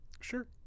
Sure